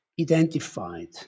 identified